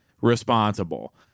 responsible